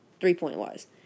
three-point-wise